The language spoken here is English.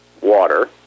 Water